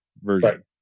version